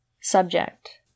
Subject